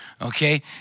okay